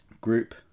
group